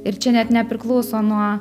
ir čia net nepriklauso nuo